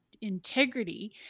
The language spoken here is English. integrity